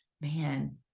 man